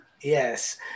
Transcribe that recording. yes